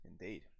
indeed